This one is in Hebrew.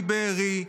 מבארי,